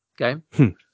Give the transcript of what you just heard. Okay